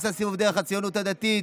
עשה סיבוב דרך הציונות הדתית,